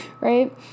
Right